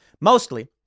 Mostly